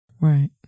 Right